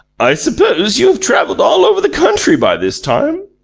i suppose you have travelled all over the country by this time?